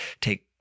take